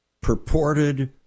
purported